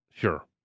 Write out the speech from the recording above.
Sure